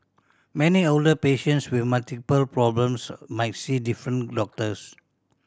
many older patients with multiple problems might see different doctors